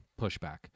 pushback